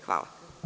Hvala.